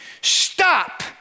Stop